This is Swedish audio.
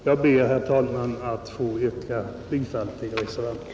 Jag ber, herr talman, att få yrka bifall till reservationen.